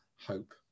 hope